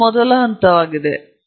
ಅದು ಮೊದಲ ಹಂತವಾಗಿದೆ